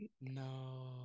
no